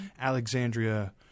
Alexandria